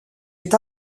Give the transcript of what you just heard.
est